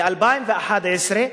ב-2011,